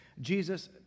Jesus